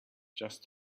just